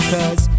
Cause